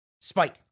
Spike